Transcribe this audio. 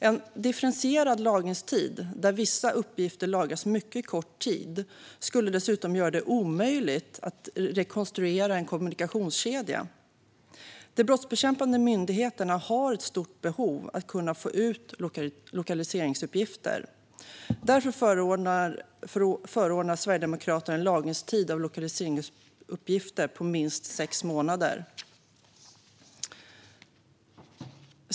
En differentierad lagringstid, där vissa uppgifter lagras mycket kort tid, skulle dessutom göra det omöjligt att rekonstruera en kommunikationskedja. De brottsbekämpande myndigheterna har ett stort behov av att kunna få ut lokaliseringsuppgifter. Därför förordar Sverigedemokraterna en lagringstid för lokaliseringsuppgifter på minst sex månader.